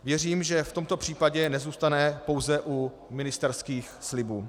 Věřím, že v tomto případě nezůstane pouze u ministerských slibů.